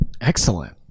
Excellent